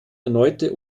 erneute